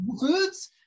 foods